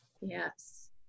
Yes